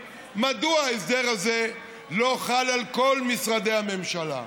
מדוע ההסדר הזה לא חל על כל משרדי המשלה,